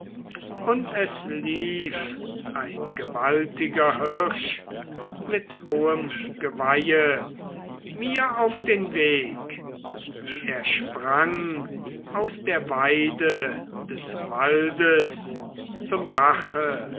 und es lief ein gewaltiger hirsch mit hohem geweihe mir auf den weg er sprang aus der weide des waldes zum bache